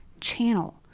channel